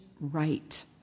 right